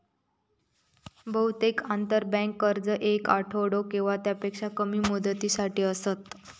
बहुतेक आंतरबँक कर्ज येक आठवडो किंवा त्यापेक्षा कमी मुदतीसाठी असतत